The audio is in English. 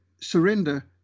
surrender